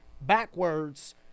backwards